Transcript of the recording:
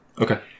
Okay